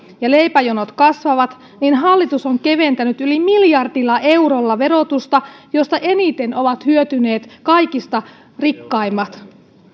ja leipäjonot kasvavat hallitus on keventänyt yli miljardilla eurolla verotusta mistä eniten ovat hyötyneet kaikista rikkaimmat